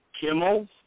Kimmel